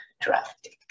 drafting